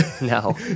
No